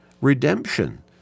redemption